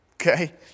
okay